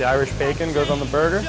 the irish bacon goes on the burger